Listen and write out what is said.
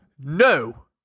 No